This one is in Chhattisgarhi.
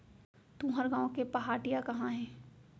तुंहर गॉँव के पहाटिया कहॉं हे?